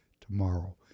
tomorrow